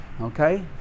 Okay